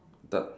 the